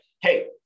hey